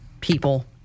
people